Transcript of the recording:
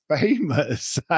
famous